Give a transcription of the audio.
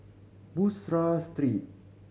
Bussorah Street